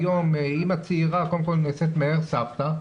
אמא צעירה קודם כל נעשית מהר סבתא,